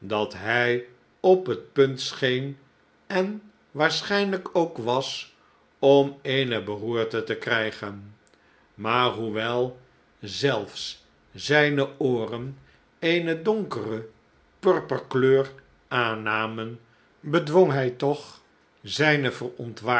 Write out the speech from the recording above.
dat hij op het punt scheen en waarschijnlijk ook was om eene beroerte te krijgen maar h'oewel zelfs zijne ooren eene donkere purperkleur aannamen bedwong hij toch zijne